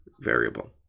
variable